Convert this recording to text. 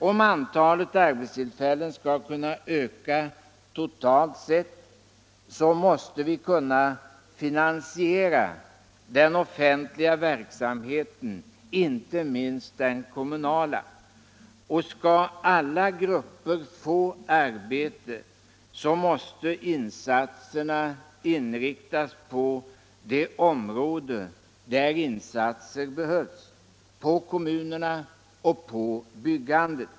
Om antalet arbetstillfällen skall kunna öka totalt sett, så måste vi kunna finansiera den offentliga verksamheten — inte minst den kommunala. Och skall alla grupper få arbete, så måste insatserna inriktas på de områden där insatser behövs — på kommunerna och på byggandet.